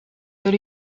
that